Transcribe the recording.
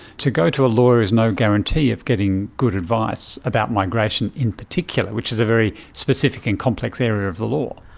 to go to a lawyer is no guarantee of getting good advice about migration in particular, which is a very specific and complex area of the law.